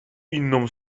inną